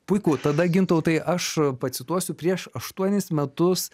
puiku tada gintautai aš pacituosiu prieš aštuonis metus